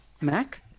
Mac